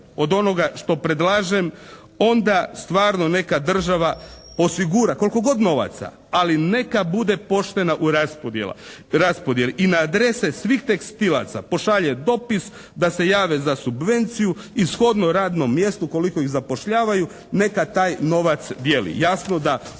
od onoga što predlažem onda stvarno neka država osigura koliko god novaca ali neka bude poštena u raspodjeli i na adrese svih tekstilaca pošalje dopis da se jave za subvenciju i shodno radnom mjestu koliko ih zapošljavaju neka taj novac dijeli. Jasno da